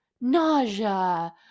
nausea